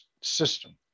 system